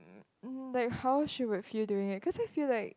like how she would feel doing it cause I feel like